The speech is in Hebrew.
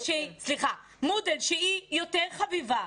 שהיא יותר חביבה,